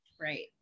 Right